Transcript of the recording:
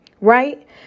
right